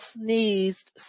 sneezed